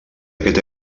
aquest